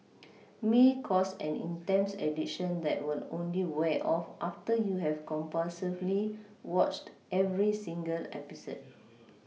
may cause an intense addiction that will only wear off after you have compulsively watched every single episode